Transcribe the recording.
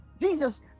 Jesus